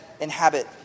inhabit